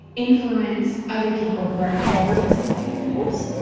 influence other people who are hearing about the same thing in the news